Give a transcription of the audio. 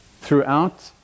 throughout